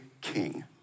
king